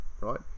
right